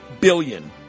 billion